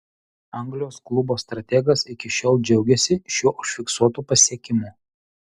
anglijos klubo strategas iki šiol džiaugiasi šiuo užfiksuotu pasiekimu